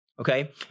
Okay